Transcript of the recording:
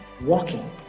walking